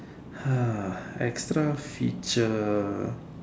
!huh! extra feature